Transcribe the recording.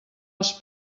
els